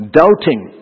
doubting